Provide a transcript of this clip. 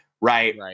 right